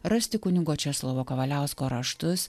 rasti kunigo česlovo kavaliausko raštus